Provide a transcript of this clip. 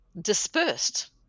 dispersed